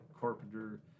carpenter